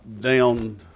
down